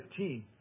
15